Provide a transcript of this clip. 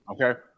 Okay